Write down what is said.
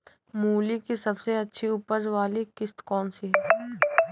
मूली की सबसे अच्छी उपज वाली किश्त कौन सी है?